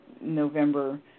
November